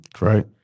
Right